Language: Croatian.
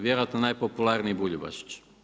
Vjerojatno najpopularniji Buljubašić.